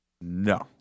No